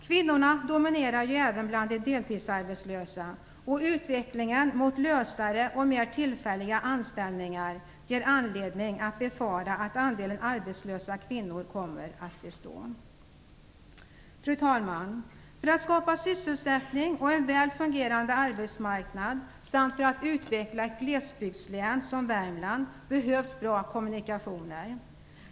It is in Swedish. Kvinnorna dominerar även bland de deltidsarbetslösa, och utvecklingen mot lösare och mer tillfälliga anställningar ger anledning att befara att andelen arbetslösa kvinnor kommer att bestå. Fru talman! För att skapa sysselsättning och en väl fungerande arbetsmarknad samt för att utveckla ett glesbygdslän som Värmland behövs bra kommunikationer.